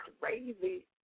Crazy